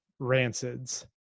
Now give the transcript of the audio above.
rancids